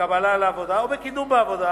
בקבלה לעבודה, או בקידום בעבודה